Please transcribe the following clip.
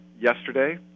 yesterday